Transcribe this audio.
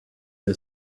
iyo